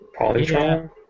Polytron